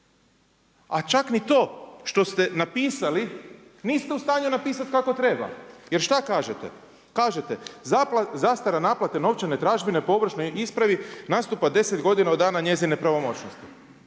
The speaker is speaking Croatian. a čak ni to, što ste napisali niste u stanju napisati kako treba. Jer šta kažete? Kažete zastara naplate novčane tražbine po ovršnoj ispravi nastupa 10 godina od dana njezine pravomoćnosti.